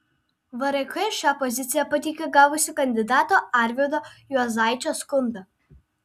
vrk šią poziciją pateikė gavusi kandidato arvydo juozaičio skundą